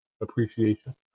appreciation